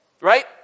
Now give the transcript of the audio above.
right